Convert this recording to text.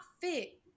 fit